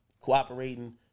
cooperating